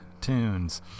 tunes